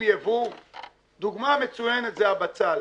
דוגמה מצוינת זה הבצל.